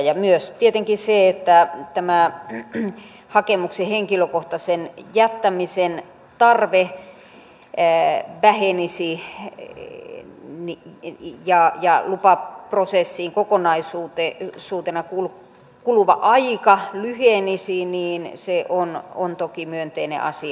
ja myös tietenkin se että tämä hakemuksen henkilökohtaisen jättämisen tarve vähenisi ja lupaprosessiin kokonaisuutena kuluva aika lyhenisi on toki myönteinen asia